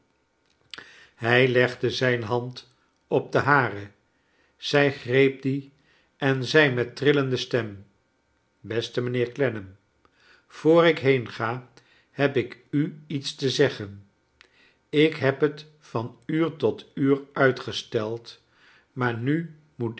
hij legde zijn hand op de hare zij greep die en zei met trillende stem beste mijnheer clennam voor ik heenga lieb ik u iets te zeggen ik lieb het van uur tot uur uitgesteld maar nu moet ik